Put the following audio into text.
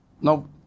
No